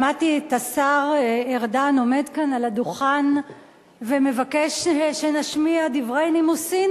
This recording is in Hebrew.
שמעתי את השר ארדן עומד כאן על הדוכן ומבקש שנשמיע דברי נימוסים.